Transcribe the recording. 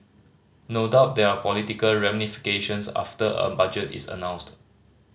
no doubt there are political ramifications after a budget is announced